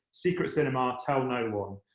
secret cinema tell no-one.